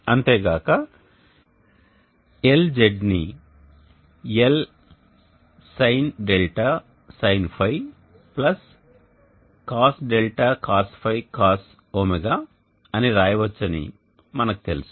అంతేగాక Lz ని L sinδ sinϕ cosδ cosϕ cosω అని వ్రాయవచ్చని మనకు తెలుసు